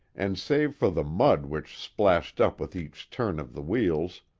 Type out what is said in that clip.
and save for the mud which splashed up with each turn of the wheels,